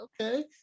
okay